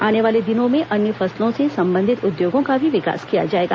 आने वाले दिनों में अन्य फसलों से संबंधित उद्योगों का भी विकास किया जाएगा